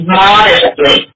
modestly